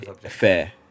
fair